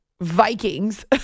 Vikings